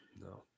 no